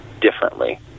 differently